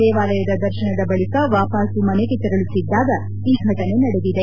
ದೇವಾಲಯದ ದರ್ತನದ ಬಳಿಕ ವಾಪಾಸು ಮನೆಗೆ ತೆರಳುತ್ತಿದ್ದಾಗ ಈ ಘಟನೆ ನಡೆದಿದೆ